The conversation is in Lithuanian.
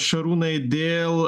šarūnai dėl